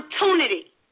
opportunity